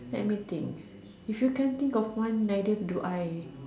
let me think if you can't think of one neither do I